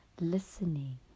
listening